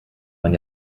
man